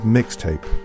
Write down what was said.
Mixtape